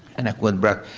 and i quote brecht.